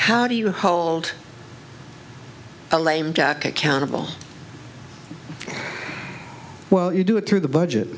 how do you hold a lame duck accountable well you do it through the budget